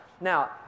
Now